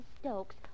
Stokes